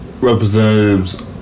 representatives